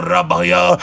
Rabaya